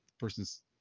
person's